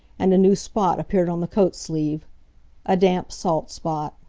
and a new spot appeared on the coat sleeve a damp, salt spot.